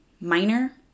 minor